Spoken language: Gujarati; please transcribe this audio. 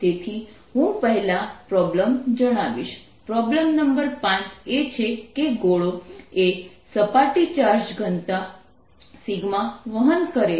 તેથી હું પહેલા પ્રોબ્લેમ જણાવીશ પ્રોબ્લેમ નંબર 5 એ છે કે ગોળો એ સપાટી ચાર્જ ઘનતા વહન કરે છે